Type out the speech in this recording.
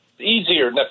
easier